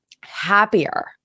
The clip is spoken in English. happier